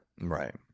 Right